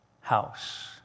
House